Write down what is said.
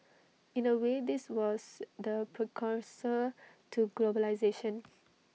in A way this was the precursor to globalisation